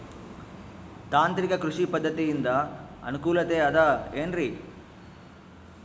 ತಾಂತ್ರಿಕ ಕೃಷಿ ಪದ್ಧತಿಯಿಂದ ಅನುಕೂಲತೆ ಅದ ಏನ್ರಿ?